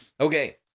Okay